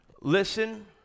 Listen